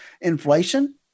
Inflation